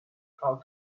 how